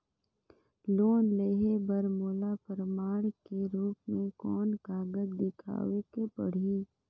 Loan लेहे बर मोला प्रमाण के रूप में कोन कागज दिखावेक पड़ही?